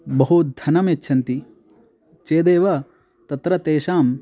बहु धनं यच्छन्ति चेदेव तत्र तेषां